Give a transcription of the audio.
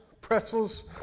pretzels